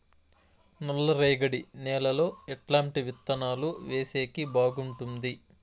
నల్లరేగడి నేలలో ఎట్లాంటి విత్తనాలు వేసేకి బాగుంటుంది?